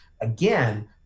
again